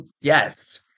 yes